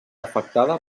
afectada